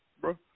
bro